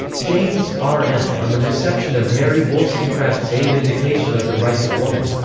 janes, r. m. on the reception of mary wollstonecraft's a vindication of the rights of woman.